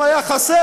אם היה חסר,